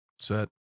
set